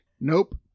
Nope